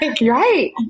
Right